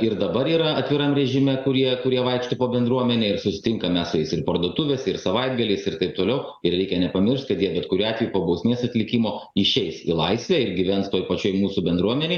ir dabar yra atviram režime kurie kurie vaikšto po bendruomenę ir susitinkame su jais ir parduotuvėse ir savaitgaliais ir taip toliau ir reikia nepamiršt kad jie bet kuriuo atveju po bausmės atlikimo išeis į laisvę ir gyvens toj pačioj mūsų bendruomenėj